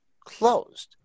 closed